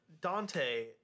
Dante